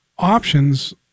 options